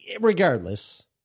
Regardless